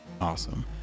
awesome